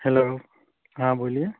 hello ہاں بولیے